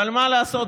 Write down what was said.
אבל מה לעשות,